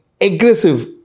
aggressive